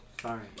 Sorry